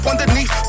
Underneath